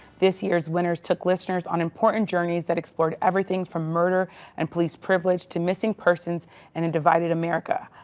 this year's winners took listeners on important journeys that explored everything from murder and police privilege to missing persons and a divided america.